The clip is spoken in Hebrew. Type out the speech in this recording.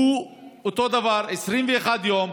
אותו דבר: 21 יום,